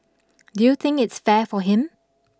do you think it's fair for him